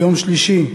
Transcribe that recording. ביום שלישי,